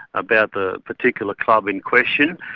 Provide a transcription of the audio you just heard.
about the particular club in question,